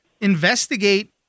investigate